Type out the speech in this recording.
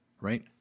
right